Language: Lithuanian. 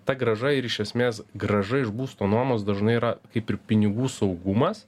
ta grąža ir iš esmės grąža iš būsto nuomos dažnai yra kaip ir pinigų saugumas